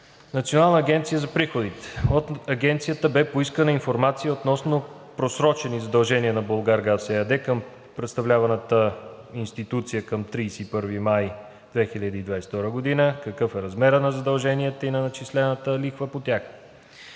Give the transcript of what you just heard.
Националната агенция за приходите. От Агенцията бе поискана информация относно просрочени задължения на „Булгаргаз“ ЕАД към представляваната институция към 31 май 2022 г., какъв е размерът на задълженията и на начислената лихва по тях.